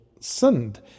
sinned